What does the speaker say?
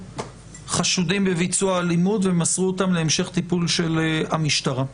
חשודים בביצוע אלימות ומסרו אותם להמשך טיפול של המשטרה.